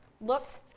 looked